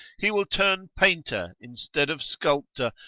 he will turn painter instead of sculptor,